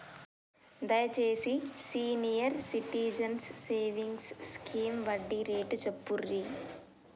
దయచేసి senior citizens savings scheme వడ్డీ rate చెప్పుర్రి